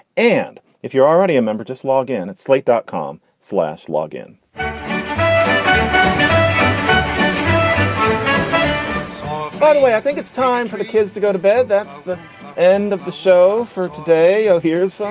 and if you're already a member, just log in at slate dot com. slash log in um but way i think it's time for the kids to go to bed. that's the end of the show for today. ah here's